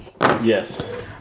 Yes